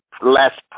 less